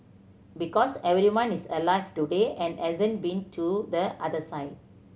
because everyone is alive today and hasn't been to the other side